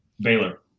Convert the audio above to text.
Baylor